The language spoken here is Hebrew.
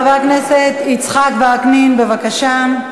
חבר הכנסת יצחק וקנין, בבקשה.